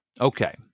okay